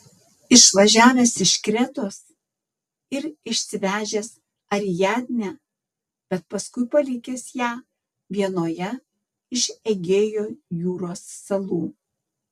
išvažiavęs iš kretos ir išsivežęs ariadnę bet paskui palikęs ją vienoje iš egėjo jūros salų